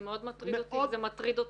זה מאוד מטריד אותו שזה מטריד אותו.